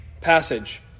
passage